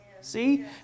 See